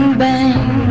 bang